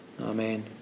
Amen